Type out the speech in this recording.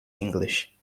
english